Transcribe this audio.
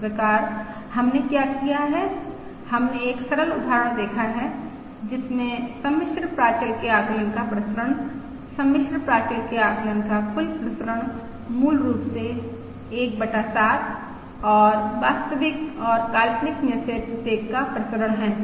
इसप्रकार हमने क्या किया है हमने एक सरल उदाहरण देखा है जिसमें सम्मिश्र प्राचल के आकलन का प्रसरण सम्मिश्र प्राचल के आकलन का कुल प्रसरण मूल रूप से 1 बटा 7 और वास्तविक और काल्पनिक में से प्रत्येक का प्रसरण है